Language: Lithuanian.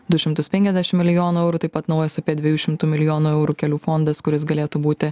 du šimtus penkiasdešim milijonų eurų taip pat naujas apie dviejų šimtų milijonų eurų kelių fondas kuris galėtų būti